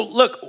look